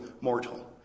mortal